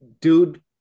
dude